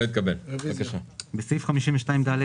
הצבעה ההסתייגות לא